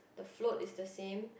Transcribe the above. the float is the same